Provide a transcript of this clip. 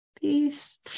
Peace